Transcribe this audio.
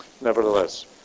nevertheless